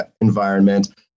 environment